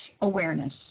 awareness